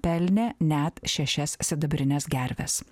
pelnė net šešias sidabrines gerves